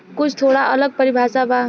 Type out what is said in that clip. कुछ थोड़ा अलग परिभाषा बा